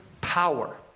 power